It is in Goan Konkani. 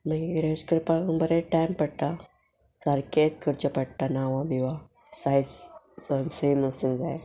मागीर हेज करपाक बरें टायम पडटा सारकेंच करचें पडटा नांवां बिवा सायज सेम आसूं जाय